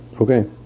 Okay